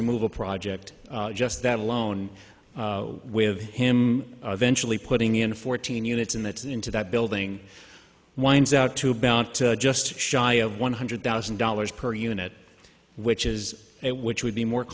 removal project just that alone with him putting in fourteen units in that into that building winds out to about just shy of one hundred thousand dollars per unit which is it which would be more